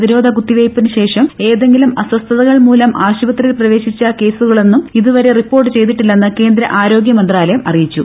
പ്രതിരോധ കുത്തിവയ്പ്പിനു ശേഷം എന്തെങ്കിലും അസ്വസ്ഥതകൾ മൂലം ആശുപത്രിയിൽ പ്രവേശിച്ച കേസുകളൊന്നും ഇതുവരെ റിപ്പോർട്ട് ചെയ്തിട്ടില്ലെന്ന് കേന്ദ്ര ആരോഗ്യ മന്ത്രലയം അറിയിച്ചു